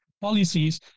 policies